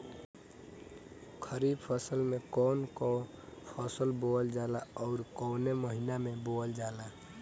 खरिफ में कौन कौं फसल बोवल जाला अउर काउने महीने में बोवेल जाला?